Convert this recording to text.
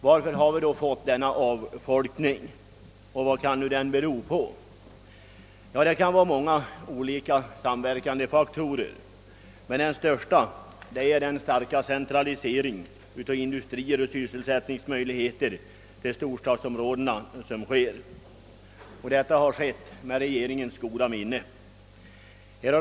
Varför har vi då fått denna avfolkning, och vad kan den bero på? Ja, det kan vara många olika samverkande faktorer. Den största orsaken är emellertid den starka centralisering av industrier och sysselsättningsmöjligheter i storstadsområdena som sker. Detta har skett med regeringens goda minne.